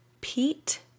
Pete